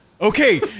Okay